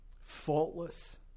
faultless